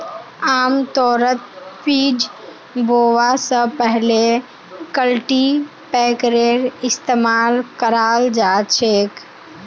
आमतौरत बीज बोवा स पहले कल्टीपैकरेर इस्तमाल कराल जा छेक